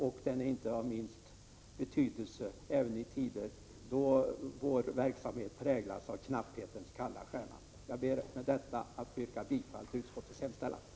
Den är inte minst av betydelse i tider då nationens verksamhet bedrivs under knapphetens kalla stjärna. Med detta ber jag att få yrka bifall till utskottets hemställan.